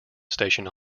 station